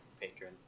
patron